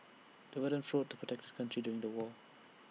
the veteran fought to protect his country during the war